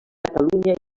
catalunya